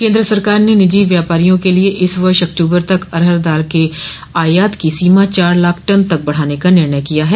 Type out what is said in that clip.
केन्द्र सरकार ने निजी व्यापारियों के लिए इस वर्ष अक्टूबर तक अरहर दाल के आयात की सीमा चार लाख टन तक बढ़ाने का निर्णय किया है